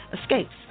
escapes